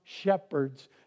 shepherds